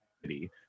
city